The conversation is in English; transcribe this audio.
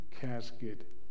casket